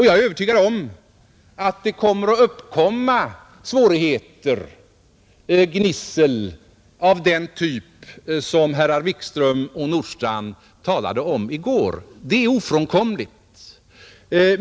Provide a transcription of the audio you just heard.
Jag är övertygad om att svårigheter kommer att uppstå, det blir gnissel av den typ som herr Wikström och herr Nordstrandh talade om i går. Det är ofrånkomligt.